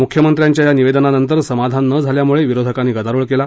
मुख्यमंत्र्यांच्या या निवेदनानंतर समाधान न झाल्यानं विरोधकांनी गदारोळ केला